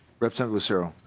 representative lucero